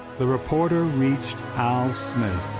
the reporter reached al smith,